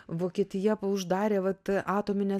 vokietija uždarė vat atomines